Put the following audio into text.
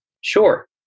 Sure